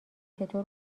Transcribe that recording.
چطور